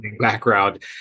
background